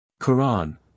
Quran